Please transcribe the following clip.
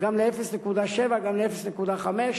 גם ל-0.7, גם ל-0.5.